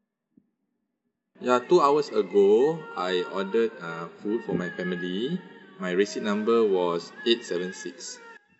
ya two hours ago I ordered uh food for my family my receipt number was eight seven six